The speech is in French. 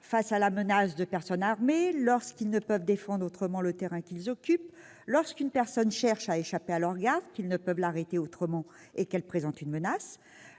face à la menace de personnes armées ; lorsqu'ils ne peuvent défendre autrement le terrain qu'ils occupent ; lorsqu'une personne cherche à échapper à leur garde, qu'ils ne peuvent l'arrêter autrement et qu'elle présente une menace